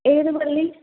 ഏതു പള്ളി